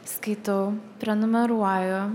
skaitau prenumeruoju